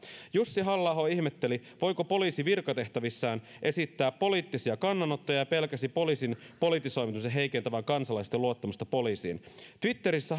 jussi halla aho ihmetteli voiko poliisi virkatehtävissään esittää poliittisia kannanottoja ja pelkäsi poliisin politisoitumisen heikentävän kansalaisten luottamusta poliisiin twitterissä